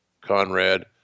Conrad